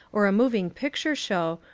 or a moving-picture show,